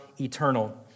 eternal